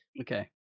Okay